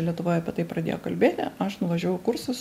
lietuvoj apie tai pradėjo kalbėti aš nuvažiavau į kursus